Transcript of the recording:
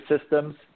systems